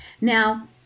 Now